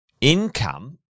income